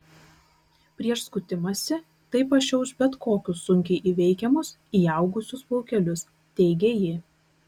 prieš skutimąsi tai pašiauš bet kokius sunkiai įveikiamus įaugusius plaukelius teigė ji